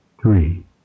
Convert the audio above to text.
Three